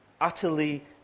utterly